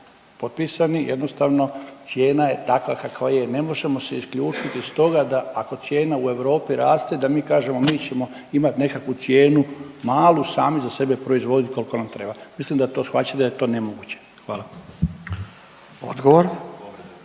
potpisani, jednostavno cijena je takva kakva je, ne možemo se isključit iz toga da ako cijena u Europi raste da mi kažemo mi ćemo imat nekakvu cijenu malu i sami za sebe proizvodit koliko nam treba, mislim da to shvaćate da je to nemoguće, hvala. **Radin,